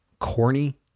Corny